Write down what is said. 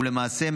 ולמעשה,